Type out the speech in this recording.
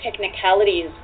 technicalities